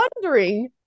wondering